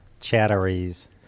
chatteries